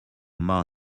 more